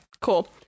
cool